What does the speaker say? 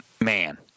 Man